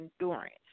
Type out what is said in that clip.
endurance